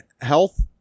health